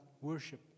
worship